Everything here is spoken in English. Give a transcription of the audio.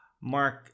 Mark